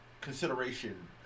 consideration